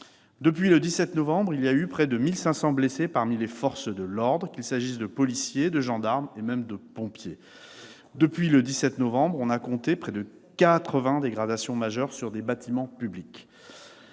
Depuis le 17 novembre, il y a eu près de 1 500 blessés parmi les forces de l'ordre, qu'il s'agisse de policiers, de gendarmes ou même de pompiers. Depuis le 17 novembre, on a compté près de 80 dégradations majeures sur des bâtiments publics.